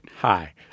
Hi